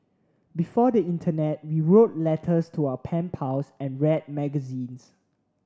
before the internet we wrote letters to our pen pals and read magazines